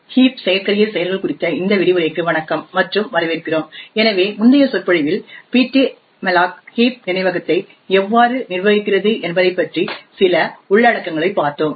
heap செயற்கரிய செயல்கள் குறித்த இந்த விரிவுரைக்கு வணக்கம் மற்றும் வரவேற்கிறோம் எனவே முந்தைய சொற்பொழிவில் ptmalloc ஹீப் நினைவகத்தை எவ்வாறு நிர்வகிக்கிறது என்பதைப் பற்றி சில உள்ளடக்கங்களைப் பார்த்தோம்